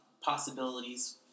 possibilities